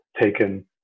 taken